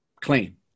clean